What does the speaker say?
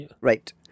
Right